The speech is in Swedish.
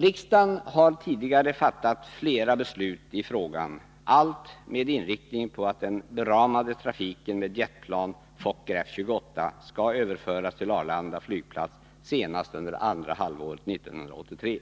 Riksdagen har tidigare fattat flera beslut i frågan, alla med inriktning på att den beramade trafiken med jetplan Fokker F 28 skall överföras till Arlanda flygplats senast under andra halvåret 1983.